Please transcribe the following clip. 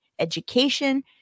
education